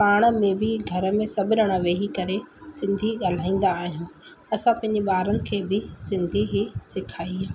पाण में बि घर में सभु ॼणा वेही करे सिंधी ॻाल्हाईंदा आहियूं असां पंहिंजे ॿारनि खे बि सिंधी ई सिखाई आहे